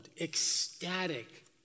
ecstatic